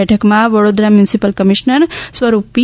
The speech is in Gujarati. બેઠકમાં વડોદરા મ્યુનિસિપલ કમિશ્નર સ્વરૂપ પી